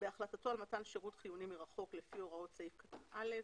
בהחלטתו על מתן שירות חיוני מרחוק לפי הוראות סעיף קטן (א)